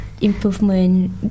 improvement